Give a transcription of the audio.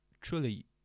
truly